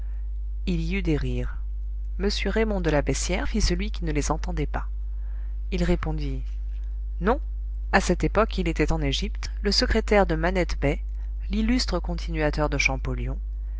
il y eut des rires m raymond de la beyssière fit celui qui ne les entendait pas il répondit non a cette époque il était en égypte le secrétaire de manette bey l'illustre continuateur de champollion